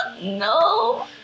No